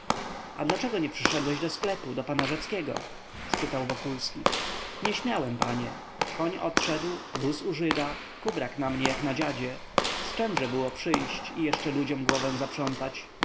a dlaczego nie przyszedłeś do sklepu do pana rzeckiego spytał wokulski nie śmiałem panie koń odszedł wóz u żyda kubrak na mnie jak na dziadzie z czemże było przyjść i jeszcze ludziom głowę zaprzątać